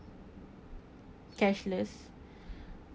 cashless